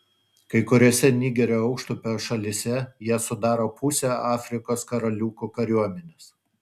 kai kuriose nigerio aukštupio šalyse jie sudaro pusę afrikos karaliukų kariuomenės